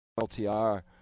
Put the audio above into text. ltr